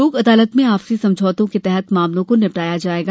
लोक अदालत में आपसी समझौते के तहत मामलों को निपटाया जायेगा